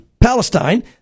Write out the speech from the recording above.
Palestine